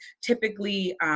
typically